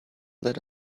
lit